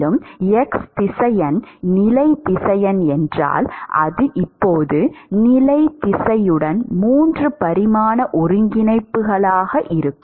மேலும் x திசையன் நிலை திசையன் என்றால் அது இப்போது நிலை திசையுடன் 3 பரிமாண ஒருங்கிணைப்புகலாக இருக்கும்